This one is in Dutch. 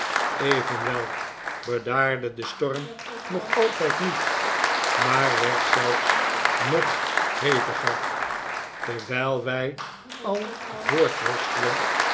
evenwel bedaarde de storm nog altijd niet maar werd zelfs nog heviger terwijl wij al